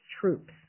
troops